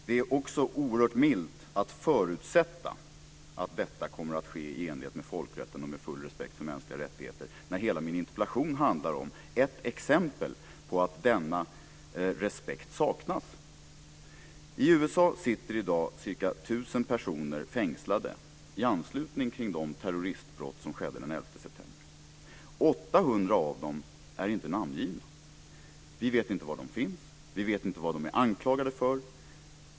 Det är också oerhört milt att förutsätta att detta kommer att ske i enlighet med folkrätten och med full respekt för mänskliga rättigheter, när hela min interpellation handlar om ett exempel på att denna respekt saknas. I USA sitter i dag ca 1 000 personer fängslade i anslutning till de terroristbrott som skedde den 11 september. 800 av dem är inte namngivna. Vi vet inte var de finns eller vad de är anklagade för.